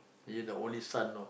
you are the only son you know